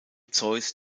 zeus